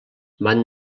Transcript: van